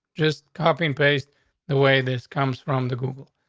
just copy and paste the way this comes from the google.